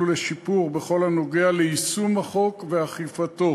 לשיפור בכל הנוגע ליישום החוק ואכיפתו.